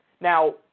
Now